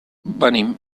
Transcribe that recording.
venim